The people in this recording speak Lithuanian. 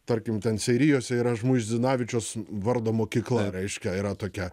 tarkim ten seirijuose yra žmuizinavičiaus vardo mokykla reiškia yra tokia